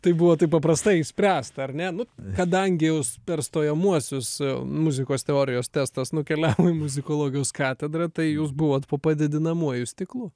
tai buvo taip paprastai išspręsti ar ne nu kadangi jaus per stojamuosius muzikos teorijos testas nukeliavo į muzikologijos katedrą tai jūs buvot po padidinamuoju stiklu